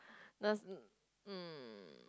those mm